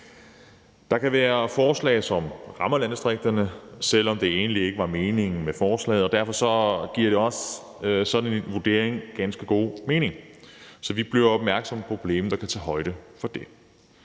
Der kan være forslag, som rammer landdistrikterne, selv om det egentlig ikke var meningen med forslaget, og derfor giver sådan en vurdering også ganske god mening, så vi bliver opmærksomme på problemet og kan tage højde for det.